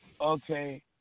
okay